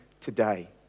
today